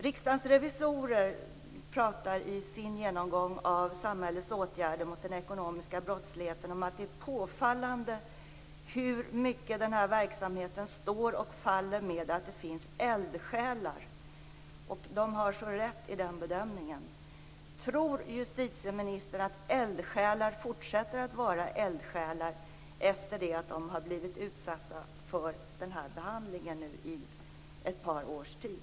Riksdagens revisorer talar i sin genomgång av samhällets åtgärder mot den ekonomiska brottsligheten om att det är påfallande hur mycket den här verksamheten står och faller med att det finns eldsjälar. De har så rätt i den bedömningen. Tror justitieministern att eldsjälar fortsätter att vara eldsjälar efter det att de blivit utsatta för den här behandlingen i ett par års tid?